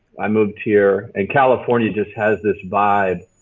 i moved here. and california just has this vibe.